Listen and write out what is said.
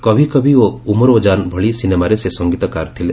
କଭି କଭି ଓ ଉମରାଓଜାନ୍ ଭଳି ସିନେମାରେ ସେ ସଂଗୀତକାର ଥିଲେ